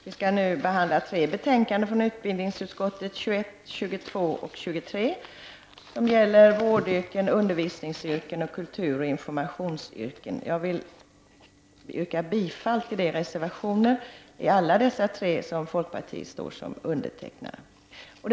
Fru talman! Vi skall nu behandla tre betänkanden från utbildningsutskottet, UbU21, 22 och 23, som gäller vårdyrken, undervisningsyrken och kulturoch informationsyrken. Jag vill yrka bifall till alla de reservationer i de tre betänkandena som folkpartiet står bakom.